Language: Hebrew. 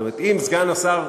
זאת אומרת, אם סגן השר,